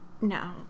No